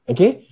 Okay